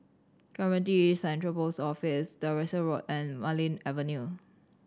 Clementi Central Post Office Devonshire Road and Marlene Avenue